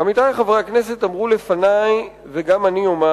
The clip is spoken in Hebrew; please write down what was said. עמיתי חברי הכנסת אמרו לפני וגם אני אומר: